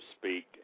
speak